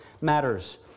matters